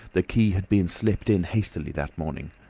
the key had been slipped in hastily that morning.